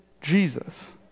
Jesus